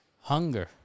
hunger